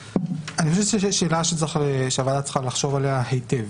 שאלה שהוועדה צריכה לחשוב עליה היטב.